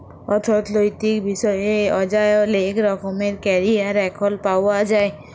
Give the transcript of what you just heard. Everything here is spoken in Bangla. অথ্থলৈতিক বিষয়ে অযায় লেক রকমের ক্যারিয়ার এখল পাউয়া যায়